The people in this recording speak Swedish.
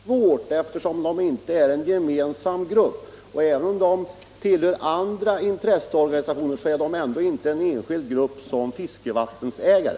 Fru talman! Jag sade inte att det inte skulle gå. Jag sade att det förefaller svårt, eftersom de inte är en gemensam grupp. Även om de tillhör andra intresseorganisationer är de inte en enskild grupp som fiskevattensägare.